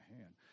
hand